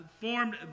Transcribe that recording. formed